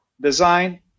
Design